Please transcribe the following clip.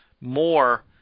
more